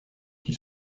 qui